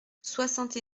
soixante